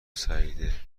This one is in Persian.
سعیده